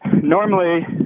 normally